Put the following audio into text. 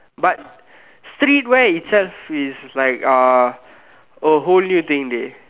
but streetwear is just is like uh a whole new thing dey